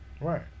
Right